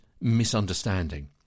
misunderstanding